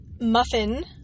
muffin